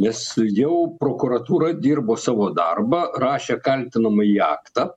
nes jau prokuratūra dirbo savo darbą rašė kaltinamąjį aktą